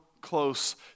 close